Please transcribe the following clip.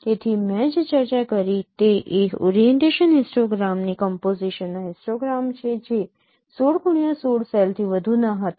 તેથી મેં જે ચર્ચા કરી તે એ ઓરિએન્ટેશન હિસ્ટોગ્રામની કમ્પોઝિશનના હિસ્ટોગ્રામ છે જે 16x16 સેલથી વધુ ન હતા